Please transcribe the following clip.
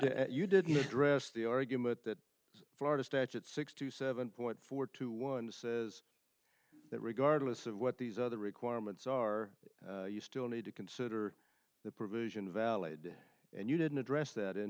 to you didn't address the argument that florida statute six to seven point four two one is that regardless of what these other requirements are you still need to consider the provision valid and you didn't address that in